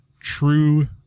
true